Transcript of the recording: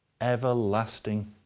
everlasting